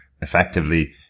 effectively